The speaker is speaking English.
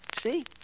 See